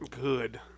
good